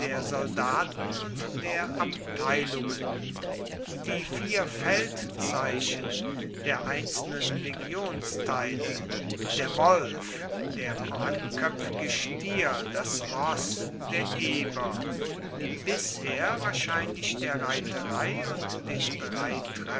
soldaten und der abteilungen die vier feldzeichen der einzelnen legionsteile der wolf der mannköpfige stier das roß der eber die bisher wahrscheinlich der reiterei und den